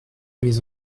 mes